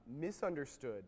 misunderstood